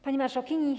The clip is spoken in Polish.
Pani Marszałkini!